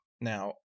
Now